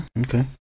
okay